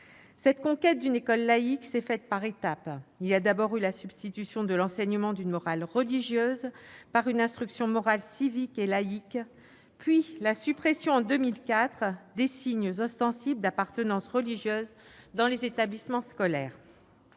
Cette conquête d'une école laïque s'est faite par étapes. Il y a d'abord eu la substitution à l'enseignement d'une morale religieuse d'une instruction morale civique et laïque, puis la suppression en 2004 des signes ostensibles d'appartenance religieuse dans les établissements scolaires.